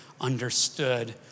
understood